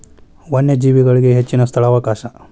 ವನ್ಯಜೇವಿಗಳಿಗೆ ಹೆಚ್ಚಿನ ಸ್ಥಳಾವಕಾಶ